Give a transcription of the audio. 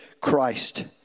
Christ